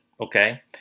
okay